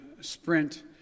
sprint